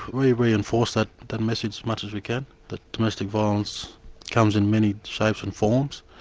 we we enforce that that message as much as we can, that domestic violence comes in many shapes and forms,